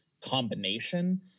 combination